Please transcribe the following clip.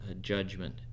judgment